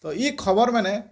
ଇଏ ଖବରମାନେ